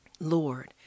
Lord